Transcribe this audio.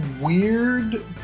weird